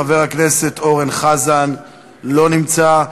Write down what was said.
חבר הכנסת אורן חזן, לא נמצא.